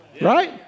Right